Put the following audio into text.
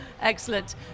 Excellent